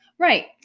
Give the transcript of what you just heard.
Right